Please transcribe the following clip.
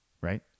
right